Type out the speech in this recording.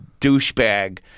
douchebag